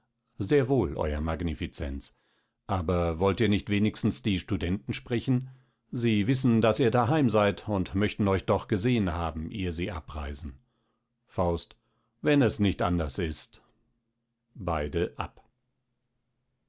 sehr wohl ew magnificenz aber wollt ihr nicht wenigstens die studenten sprechen sie wißen daß ihr daheim seid und möchten euch doch gesehen haben ehe sie abreisen faust wenn es nicht anders ist beide ab